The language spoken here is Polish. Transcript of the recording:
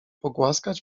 pogłaskać